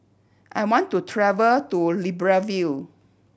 I want to travel to Libreville